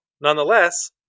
Nonetheless